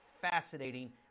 fascinating